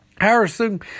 Harrison